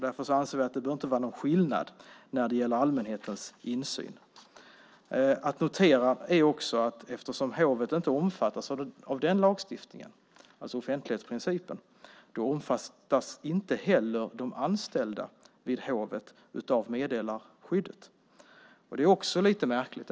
Därför anser vi att det inte bör vara någon skillnad när det gäller allmänhetens insyn. Man kan också notera att eftersom hovet inte omfattas av den lagstiftningen, alltså offentlighetsprincipen, omfattas inte heller de anställda vid hovet av meddelarskyddet. Det är också lite märkligt.